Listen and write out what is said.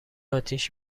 آتیش